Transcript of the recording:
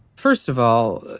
first of all,